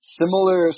similar